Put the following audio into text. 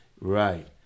Right